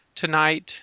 tonight